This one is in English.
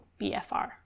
BFR